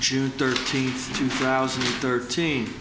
june thirteenth two thousand and thirteen